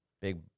Big